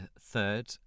third